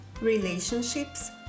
relationships